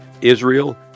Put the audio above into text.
Israel